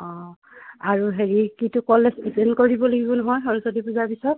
অঁ আৰু হেৰি কি এইটো কলেজ এটেণ্ড কৰিব লাগিব নহয় সৰস্বতী পূজাৰ পিছত